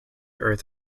earth